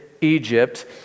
Egypt